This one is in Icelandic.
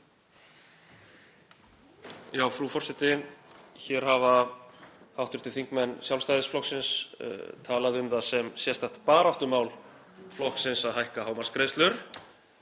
Frú forseti. Hér hafa hv. þingmenn Sjálfstæðisflokksins talað um það sem sérstakt baráttumál flokksins að hækka hámarksgreiðslur.